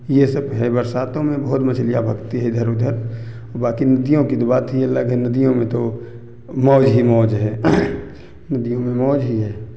ये सब है बरसातों में बहुत मछलियाँ भागती है इधर उधर और बाकी नदियों की तो बात ही अलग है नदियों में तो मौज़ ही मौज़ है नदियों में मौज़ ही है